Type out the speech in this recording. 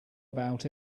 about